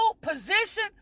position